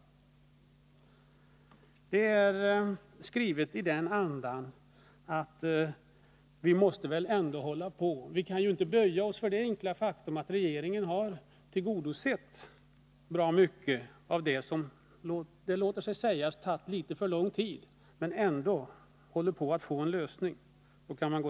Motionen är skriven i en anda som avspeglar inställningen att man måste gå emot regeringens förslag, att man inte kan böja sig för det enkla faktum att regeringen har tillgodosett bra mycket av vad som krävs. Det låter sig sägas att det har tagit litet för lång tid, men frågan har ju ändå fått en lösning.